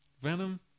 Venom